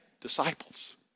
disciples